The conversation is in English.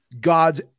God's